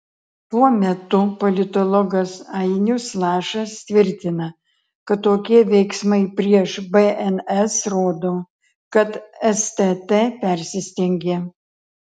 tuo metu politologas ainius lašas tvirtina kad tokie veiksmai prieš bns rodo kad stt persistengė